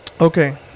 Okay